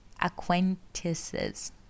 acquaintances